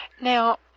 Now